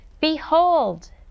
Behold